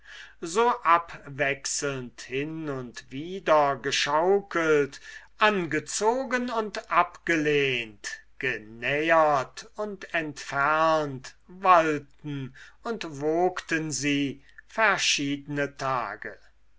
so abwechselnd hin und wider geschaukelt angezogen und abgelehnt genähert und entfernt wallten und wogten sie verschiedene tage